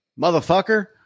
motherfucker